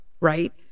right